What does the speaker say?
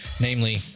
namely